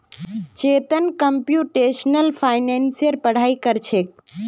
Chetan computational फाइनेंसेर पढ़ाई कर छेक